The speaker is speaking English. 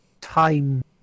time